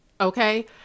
Okay